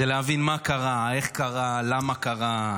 זה להבין מה קרה, איך קרה, למה קרה.